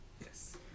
yes